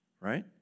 right